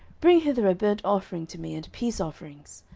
bring hither a burnt offering to me, and peace offerings.